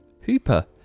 Hooper